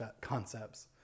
concepts